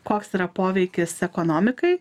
koks yra poveikis ekonomikai